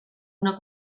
una